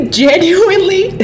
genuinely